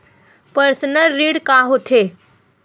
Personal ऋण का होथे?